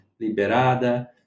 liberada